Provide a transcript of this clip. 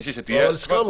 מישהי שתהיה --- אבל הסכמנו.